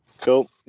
Cool